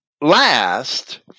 last